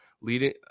Leading